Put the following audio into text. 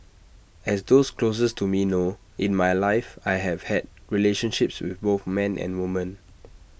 as those closest to me know in my life I have had relationships with both men and women